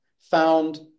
found